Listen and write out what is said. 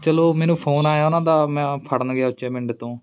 ਚਲੋ ਮੈਨੂੰ ਫੋਨ ਆਇਆ ਉਹਨਾਂ ਦਾ ਮੈਂ ਫੜਨ ਗਿਆ ਉੱਚੇ ਪਿੰਡ ਤੋਂ